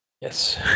Yes